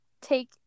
take